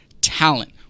talent